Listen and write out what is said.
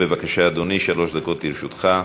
בבקשה, אדוני, שלוש דקות לרשותך.